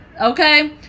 Okay